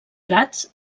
prats